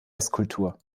esskultur